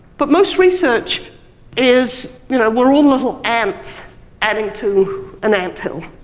but most research is you know, we're all little ants adding to an ant hill,